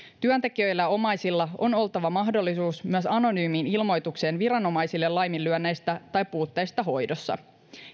työntekijöillä ja omaisilla on oltava mahdollisuus myös anonyymiin ilmoitukseen viranomaisille laiminlyönneistä tai puutteista hoidossa